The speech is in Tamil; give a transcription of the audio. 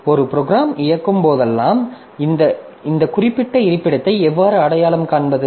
ஒரு ப்ரோக்ராம் இயக்கும் போதெல்லாம் இந்த குறிப்பிட்ட இருப்பிடத்தை எவ்வாறு அடையாளம் காண்பது